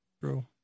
True